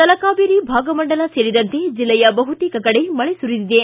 ತಲಕಾವೇರಿ ಭಾಗಮಂಡಲ ಸೇರಿದಂತೆ ಜಿಲ್ಲೆಯ ಬಹುತೇಕ ಕಡೆ ಮಳೆ ಸುರಿದಿದೆ